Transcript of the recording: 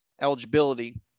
eligibility